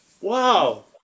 Wow